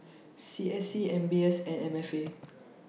C S C M B S and M F A